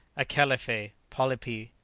acalephae, polypi,